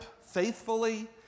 faithfully